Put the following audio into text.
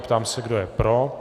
Ptám se, kdo je pro.